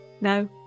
No